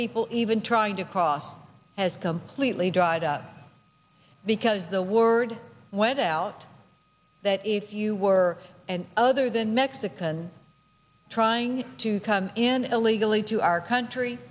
people even trying to cross has completely dried up because the word went out that if you were and other than mexican trying to come in illegally to our country